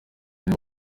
nibo